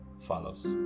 follows